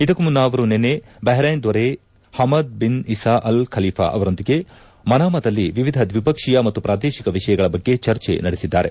ಇದಕ್ಕೂ ಮುನ್ನ ಅವರು ನಿನ್ನೆ ಬಹರ್ೈನ್ ದೊರೆ Hamad bin Isa Al Khalifa ಅವರೊಂದಿಗೆ ಮನಾಮದಲ್ಲಿ ವಿವಿಧ ದ್ವಿಪಕ್ಷೀಯ ಮತ್ತು ಪ್ರಾದೇಶಿಕ ವಿಷಯಗಳ ಬಗ್ಗೆ ಚರ್ಚೆ ನಡೆಸಿದ್ದಾರೆ